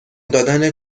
دادن